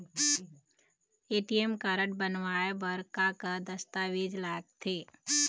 ATM card बनवाए बर का का दस्तावेज लगथे?